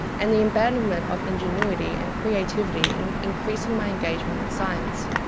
and the abandonment of ingenuity and creativity in increasing my engagement with science.